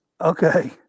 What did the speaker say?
Okay